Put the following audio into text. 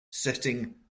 setting